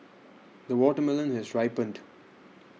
the watermelon has ripened